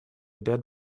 dead